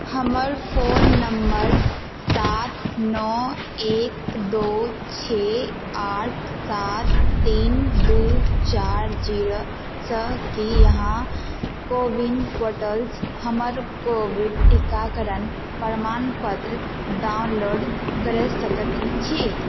हमर phone number सात नओ एक दू छओ आठ सात तीन दो चारि जीरो सँ की अहाँ को विन पोर्टलसँ हमर कोविड टीकाकरण प्रमाणपत्र डाउनलोड कऽ सकैत छी